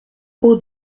haut